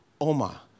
oma